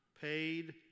paid